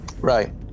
right